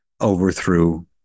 overthrew